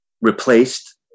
replaced